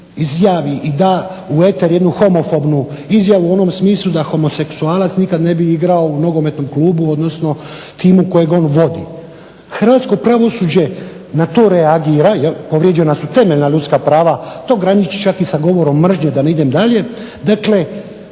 Hrvatsko pravosuđe na to reagira jel', povrijeđena su temeljna ljudska prava, to graniči čak i sa govorom mržnje da ne idem dalje,